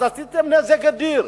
אז עשיתם נזק אדיר.